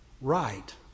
right